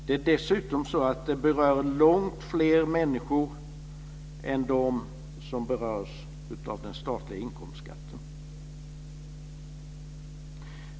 Det är dessutom så att det berör långt fler människor än de som berörs av den statliga inkomstskatten.